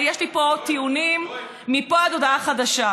יש לי פה טיעונים מפה עד להודעה חדשה,